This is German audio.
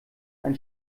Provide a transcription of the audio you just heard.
ein